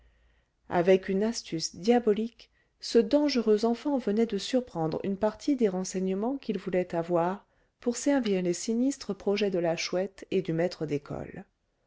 avec une astuce diabolique ce dangereux enfant venait de surprendre une partie des renseignements qu'il voulait avoir pour servir les sinistres projets de la chouette et du maître d'école